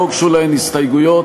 לא הוגשו להן הסתייגויות,